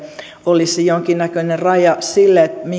olisi jonkinnäköinen raja sille